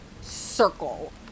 circle